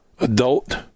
adult